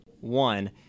one